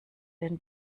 den